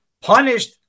punished